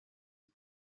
ubu